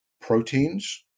proteins